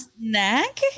snack